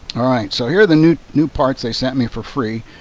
all right, so here are the new new parts they sent me for free.